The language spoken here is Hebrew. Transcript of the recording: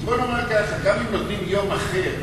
כי בוא נאמר ככה: גם אם נותנים יום אחר,